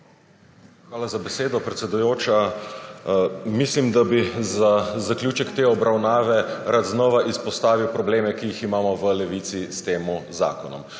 Hvala za besedo, predsedujoča. Mislim, da bi za zaključek te obravnave rad znova izpostavil probleme, ki jih imamo v Levici s tem zakonom.